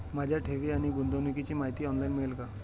माझ्या ठेवी आणि गुंतवणुकीची माहिती ऑनलाइन मिळेल का?